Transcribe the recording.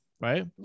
right